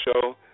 show